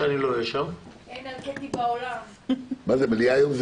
ואני לא אהיה בה --- המליאה היום,